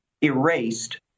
erased